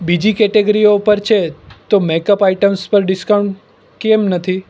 બીજી કેટેગરીઓ પર છે તો મેક અપ આઇટમ્સ પર ડિસ્કાઉન્ટ કેમ નથી